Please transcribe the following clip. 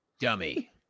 Dummy